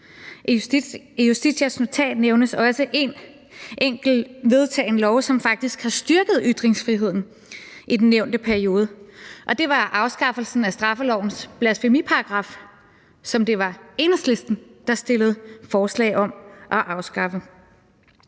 I Justitias notat nævnes også en enkelt vedtagen lov, som faktisk har styrket ytringsfriheden i den nævnte periode, og det var afskaffelsen af straffelovens blasfemiparagraf, som det var Enhedslisten der stillede forslag om at afskaffe.